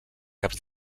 caps